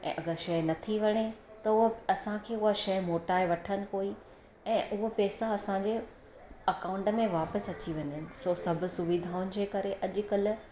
ऐं अगरि शइ नथी वणे त उहा असांखे उहा शइ मोटाए वठनि कोई ऐं उहे पैसा असांजे अकाऊंट में वापसि अची वञनि सो सभु सुविधाउनि जे करे अॼुकल्ह